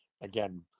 Again